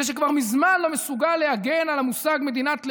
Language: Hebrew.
זה שכבר מזמן לא מסוגל להגן על המושג מדינת לאום,